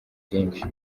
byinshi